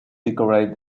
decorate